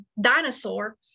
dinosaur